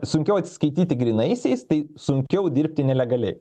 sunkiau atsiskaityti grynaisiais tai sunkiau dirbti nelegaliai